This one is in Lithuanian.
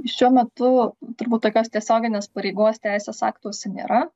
šiuo metu turbūt tokios tiesioginės pareigos teisės aktuose nėra